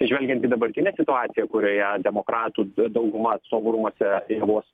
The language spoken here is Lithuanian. žvelgiant į dabartinę situaciją kurioje demokratų dauguma atstovų rūmuose vos